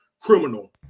criminal